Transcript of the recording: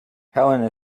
helene